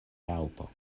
raŭpo